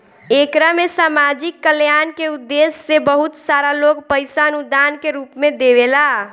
एकरा में सामाजिक कल्याण के उद्देश्य से बहुत सारा लोग पईसा अनुदान के रूप में देवेला